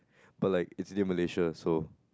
but like it's near Malaysia so